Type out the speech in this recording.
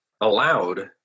allowed